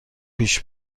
پیش